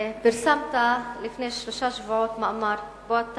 פרסמת לפני שלושה שבועות מאמר שבו אתה